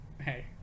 hey